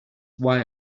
why